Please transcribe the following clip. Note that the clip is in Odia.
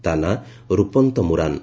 ତା' ନାଁ ରୂପନ୍ତ ମୁରାନ୍